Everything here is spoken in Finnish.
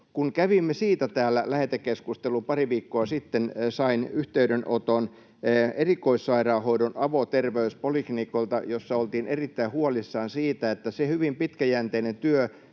Kun kävimme siitä täällä lähetekeskustelun pari viikkoa sitten, sain yhteydenoton erikoissairaanhoidon avoterveyspoliklinikoilta, ja siinä oltiin erittäin huolissaan siitä, välittyvätkö siitä hyvin pitkäjänteisestä